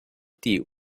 die